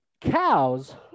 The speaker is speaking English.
cows